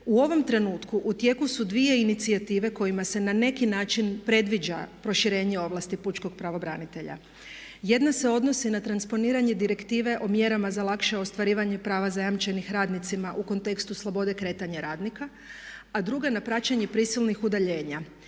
U ovom trenutku u tijeku su 2 inicijative kojima se na neki način predviđa proširenje ovlasti pučkog pravobranitelja. Jedna se odnosi na transponiranje Direktive o mjerama za lakše ostvarivanje prava zajamčenih radnicima u kontekstu slobode kretanja radnika, a druga na praćenje prisilnih udaljenja.